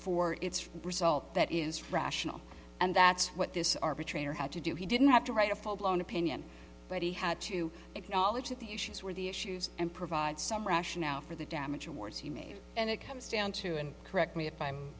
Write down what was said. for its result that is rational and that's what this arbitrator had to do he didn't have to write a full blown opinion but he had to acknowledge that the issues were the issues and provide some rationale for the damage awards he made and it comes down to and correct me if i'm